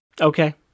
Okay